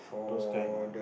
those kind ah